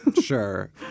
sure